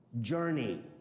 journey